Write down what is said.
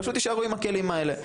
והם פשוט יישארו עם הכלים האלה.